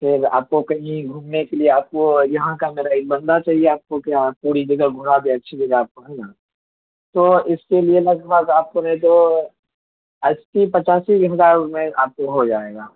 پھر آپ کو کہیں گھومنے کے لیے آپ کو یہاں کا میرا ایک بندہ چاہیے آپ کو کہ آپ کو پوری جگہ گھما دے اچھی جگہ آپ کو ہے نا تو اس کے لیے لگ بھگ آپ کو نہیں تو اسی پچاسی ہزار میں آپ کو ہو جائے گا